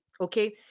okay